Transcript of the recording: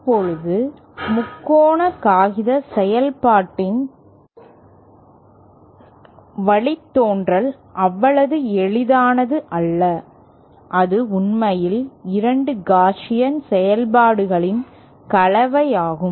இப்போது முக்கோண காகித செயல்பாட்டின் வழித்தோன்றல் அவ்வளவு எளிதானது அல்ல அது உண்மையில் இரண்டு காசியன் செயல்பாடுகளின் கலவையாகும்